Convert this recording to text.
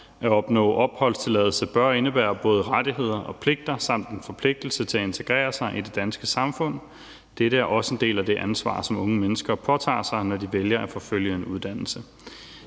At opnå opholdstilladelse bør indebære både rettigheder og pligter samt en forpligtelse til at integrere sig i det danske samfund. Dette er også en del af det ansvar, som unge mennesker påtager sig, når de vælger at forfølge en uddannelse.